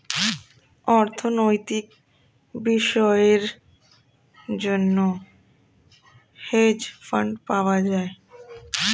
অর্থনৈতিক বিষয়ের জন্য হেজ ফান্ড পাওয়া যায়